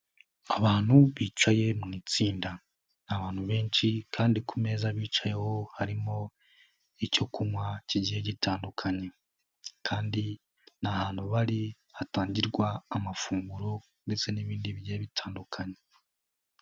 Abantu bicaye mu itsinda, ni abantu benshi kandi ku meza bicayeho harimo icyo kunywa kigiye gitandukanye kandi ni ahantu bari hatangirwa amafunguro ndetse n'ibindi bigiye bitandukanye.